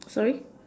sorry